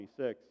26